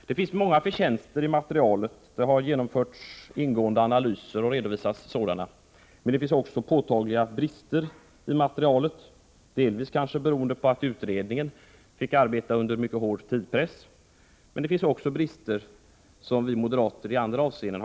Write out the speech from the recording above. Materialet har många förtjänster. Ingående analyser har genomförts och redovisats. Men det finns också påtagliga brister i materialet, delvis kanske beroende på att utredningen fick arbeta under mycket hård tidspress. Det finns, som vi moderater pekat på, emellertid också brister i andra avseenden.